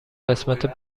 قسمت